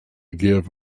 give